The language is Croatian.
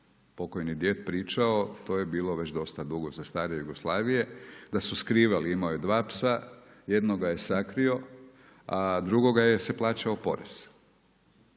pokojni djed pričao, to je bilo već dosta dugo za stare Jugoslavije, da su skrivali, imao je 2 psa, jednoga je sakrio, a drugoga se plaćao porez.